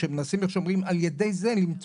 שמנסים איך שהוא כמו שאומרים על ידי זה למצוא